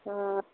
ହଁ